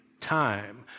time